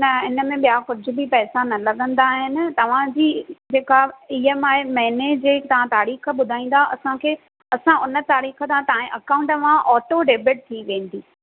न हिन में ॿिया कुझु बि पैसा न लॻंदा आहिनि तव्हांजी जेका ई एम आई महीने जे तव्हां तारीख़ ॿुधाईंदा असांखे असां हुन तारीख़ तव्हां तव्हांजे अकाउंट मां ऑटो डेबिट थी वेंदी